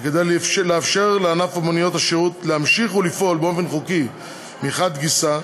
וכדי לאפשר לענף מוניות השירות להמשיך ולפעול באופן חוקי מחד גיסא,